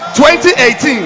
2018